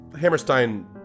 Hammerstein